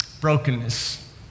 Brokenness